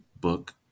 book